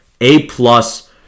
A-plus